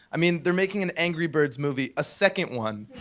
i mean, they're making an angry birds movie a second one.